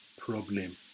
problem